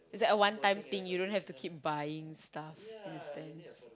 it's like a one time thing you don't have to keep buying stuff in a sense